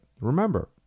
remember